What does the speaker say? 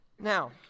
Now